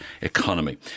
Economy